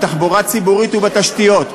בתחבורה ציבורית ובתשתיות,